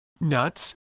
nuts